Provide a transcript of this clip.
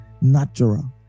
natural